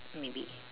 maybe